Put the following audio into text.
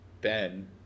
Ben